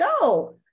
go